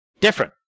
Different